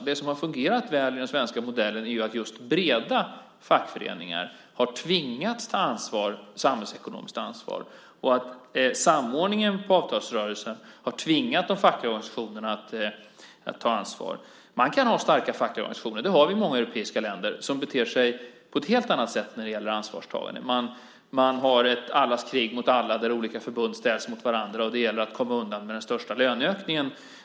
Det som har fungerat väl i den svenska modellen är att just breda fackföreningar har tvingats ta ett samhällsekonomiskt ansvar. Samordningen avseende avtalsrörelsen har tvingat de fackliga organisationerna att ta ansvar. Man kan ha starka fackliga organisationer - så är det i många europeiska länder - som beter sig på ett helt annat sätt när det gäller ansvarstagande. Det är ett allas krig mot alla där olika förbund ställs mot varandra och det gäller att komma undan med den största löneökningen.